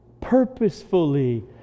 purposefully